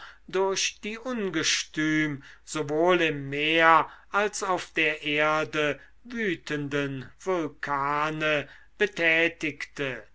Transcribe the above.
durch die ungestüm sowohl im meer als auf der erde wütenden vulkane betätigte